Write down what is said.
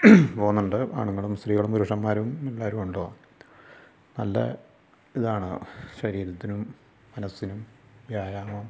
പോകുന്നുണ്ട് ആണുങ്ങളും സ്ത്രീകളും പുരുഷന്മാരും എല്ലാവരും ഉണ്ടാകും നല്ല ഇതാണ് ശരീരത്തിനും മനസ്സിനും വ്യായാമം